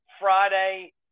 Friday